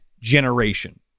generation